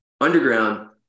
Underground